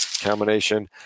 Combination